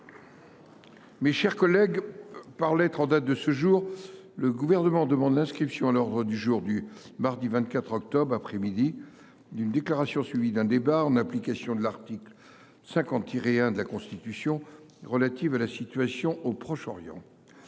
Mes chers collègues, par lettre en date de ce jour, le Gouvernement demande l’inscription à l’ordre du jour du mardi 24 octobre, l’après midi, d’une déclaration, suivie d’un débat, en application de l’article 50 1 de la Constitution, relative à la situation au Proche Orient.